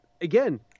again